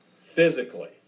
physically